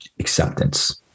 acceptance